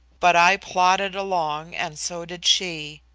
but i plodded along and so did she.